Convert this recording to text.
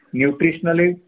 nutritionally